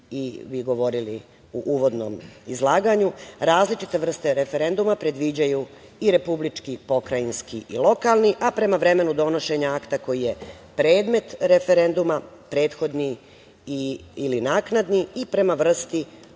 i vi govorili u uvodnom izlaganju. Različite vrste referenduma predviđaju republički, pokrajinski i lokalni, a prema vremenu donošenju akta koji je predmet referenduma - prethodni ili naknadni i prema vrsti